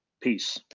peace